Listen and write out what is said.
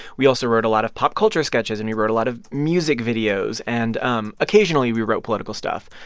we also wrote a lot of pop culture sketches, and we wrote a lot of music videos. and um occasionally, we wrote political stuff.